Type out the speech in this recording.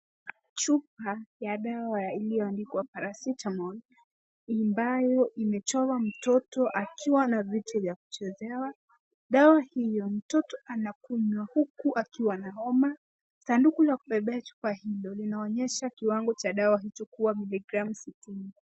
Chupa ya dawa iliyoandikwa Paracetamol, ambayo imechorwa mtoto akiwa na vitu vya kuchezea. Dawa hiyo, mtoto anakunywa huku akiwa na homa. Sanduku la kubebea chupa hiyo, linaonyesha kiwango cha dawa hiyo kuwa miligramu sitini.